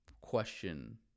question